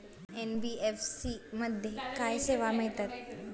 NBFC मध्ये काय सेवा मिळतात?